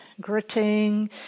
gritting